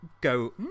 go